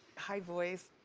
hi boys.